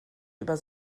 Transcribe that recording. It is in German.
über